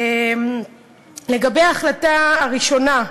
לגבי ההחלטה הראשונה,